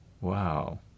Wow